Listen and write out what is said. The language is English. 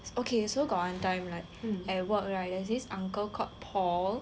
okay so got one time at work right there's this uncle called paul